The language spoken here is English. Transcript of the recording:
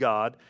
God